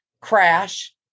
crash